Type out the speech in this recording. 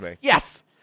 Yes